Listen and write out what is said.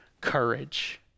courage